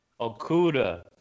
Okuda